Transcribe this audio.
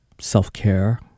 self-care